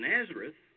Nazareth